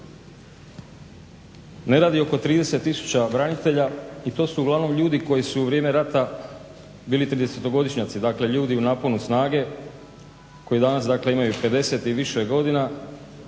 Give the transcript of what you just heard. Ne radi oko 30 tisuća branitelja i to su uglavnom ljudi koji su u vrijeme rata bili 30-godišnjaci, dakle ljudi u naponu snage koji danas dakle imaju 50 i više godina